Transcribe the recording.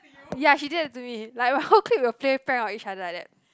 ya she just to do it like my whole clique will play prank on each other like that